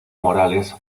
morales